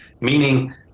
meaning